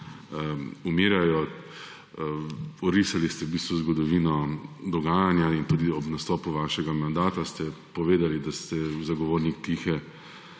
umirjajo. Orisali ste v bistvu zgodovino dogajanja in tudi ob nastopu vašega mandata ste povedali, da ste zagovornik tihe